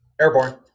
Airborne